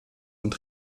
und